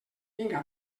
vinga